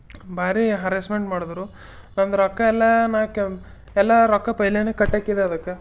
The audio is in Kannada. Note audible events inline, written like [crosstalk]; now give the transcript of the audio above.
ಭಾರಿ ಹರೆಸ್ಮೆಂಟ್ ಮಾಡಿದ್ರು ನಂದು ರೊಕ್ಕ ಎಲ್ಲ ನಾ [unintelligible] ಎಲ್ಲ ರೊಕ್ಕ ಪೈಲೇನೆ ಕಟ್ಟಕ್ಕಿದೆ ಅದಕ್ಕೆ